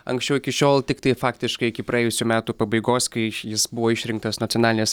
anksčiau iki šiol tiktai faktiškai iki praėjusių metų pabaigos kai jis buvo išrinktas nacionalinės